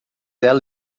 ela